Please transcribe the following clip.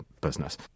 business